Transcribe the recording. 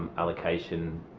allocation.